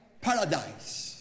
Paradise